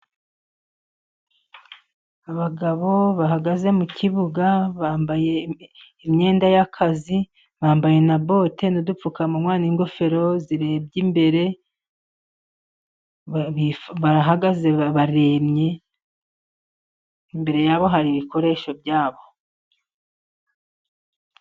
Abagabo bahagaze mu kibuga bambaye imyenda y'akazi, bambaye na bote, n'udupfukamunwa, n'ingofero zirebye imbere, barahagaze baremye, imbere yabo hari ibikoresho byabo.